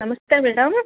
ನಮಸ್ತೆ ಮೇಡಮ್